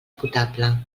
potable